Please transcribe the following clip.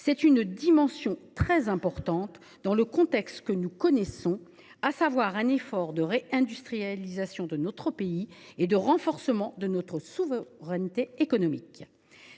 a là un enjeu considérable dans le contexte que nous connaissons, marqué par un effort de réindustrialisation de notre pays et de renforcement de notre souveraineté économique.